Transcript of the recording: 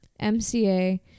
mca